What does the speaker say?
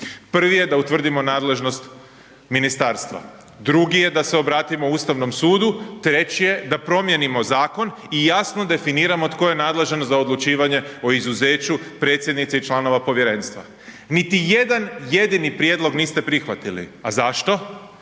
Prvi je da utvrdimo nadležnost ministarstva, drugi je da se obratimo Ustavnom sudu, treći je da promijenimo zakon i jasno definiramo tko je nadležan za odlučivanje o izuzeću predsjednice i članova povjerenstva. Niti jedan jedini prijedlog niste prihvatili. A zašto?